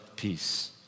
peace